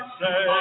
say